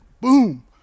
Boom